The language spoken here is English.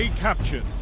Captured